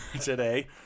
today